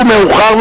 מאוחר.